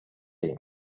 team